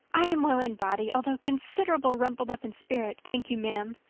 i am well in body although considerable rumpled up in spirit, thank you ma'am,